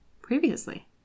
previously